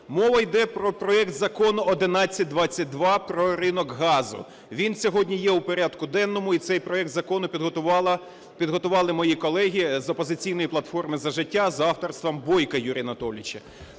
Мова йде про проект Закону 1122 про ринок газу. Він сьогодні є у порядку денному, і цей проект закону підготували мої колеги з "Опозиційної платформи - За життя" за авторством Бойка Юрія Анатолійовича.